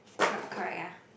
cor~ correct ah